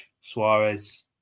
Suarez